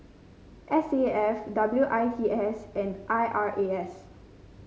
S A F W I T S and I R A S